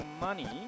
money